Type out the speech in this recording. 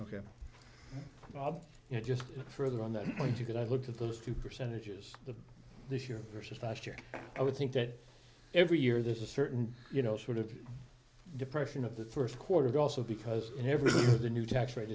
bob you know just further on that point you could i look at those two percentages the this year versus last year i would think that every year there's a certain you know sort of depression of the first quarter and also because in every the new tax rate